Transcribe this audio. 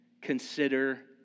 consider